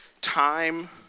time